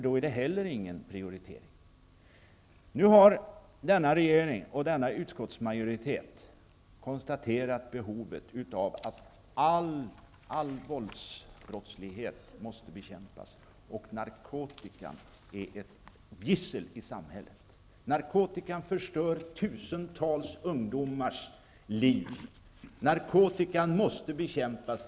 Då är det heller ingen prioritering. Nu har denna regering och denna utskottsmajoritet konstaterat behovet av att all våldsbrottslighet bekämpas, och narkotikan är ett gissel i samhället. Narkotikan förstör tusentals ungdomars liv. Narkotikan måste bekämpas.